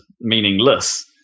meaningless